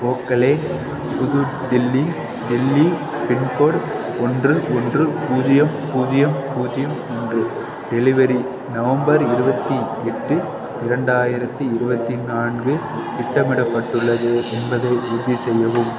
ஓக்லேன் புது தில்லி தில்லி பின்கோடு ஒன்று ஒன்று பூஜ்ஜியம் பூஜ்ஜியம் பூஜ்ஜியம் ஒன்று டெலிவரி நவம்பர் இருபத்தி எட்டு இரண்டாயிரத்தி இருபத்தி நான்கு திட்டமிடப்பட்டுள்ளது என்பதை உறுதி செய்யவும்